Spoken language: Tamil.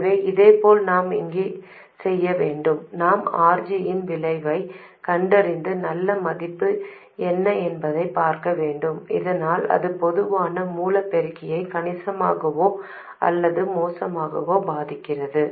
எனவே இதேபோல் நாம் இங்கே செய்ய வேண்டும் நாம் RG இன் விளைவைக் கண்டறிந்து நல்ல மதிப்பு என்ன என்பதைப் பார்க்க வேண்டும் இதனால் அது பொதுவான மூல பெருக்கியை கணிசமாகவோ அல்லது மோசமாகவோ பாதிக்காது